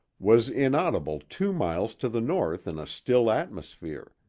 was inaudible two miles to the north in a still atmosphere.